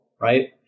right